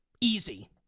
easy